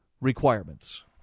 requirements